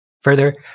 further